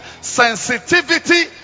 sensitivity